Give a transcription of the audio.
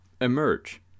emerge